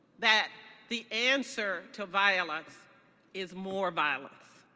that the answer to violence is more violence.